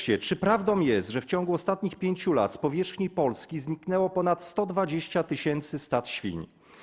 Czy prawdą jest, że w ciągu ostatnich 5 lat z powierzchni Polski zniknęło ponad 120 tys. stad świń?